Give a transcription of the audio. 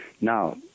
Now